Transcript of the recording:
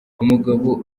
umugabo